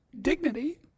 Dignity